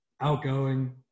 Outgoing